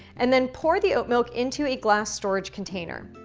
and then pour the oat milk into a glass storage container.